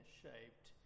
shaped